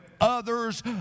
others